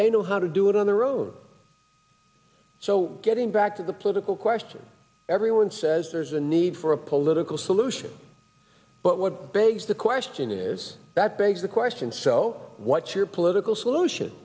they know how to do it on their own so getting back to the political question every one says there's a need for a political solution but what begs the question is that begs the question so what's your political solution